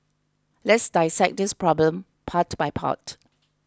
let's dissect this problem part by part